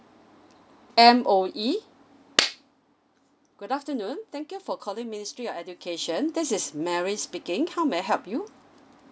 M_O_E good afternoon thank you for calling ministry of education this is mary speaking how may I help you